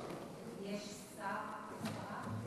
יש שר או שרה?